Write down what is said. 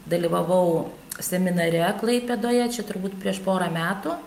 dalyvavau seminare klaipėdoje čia turbūt prieš porą metų